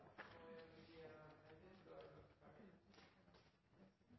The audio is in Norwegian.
og det er et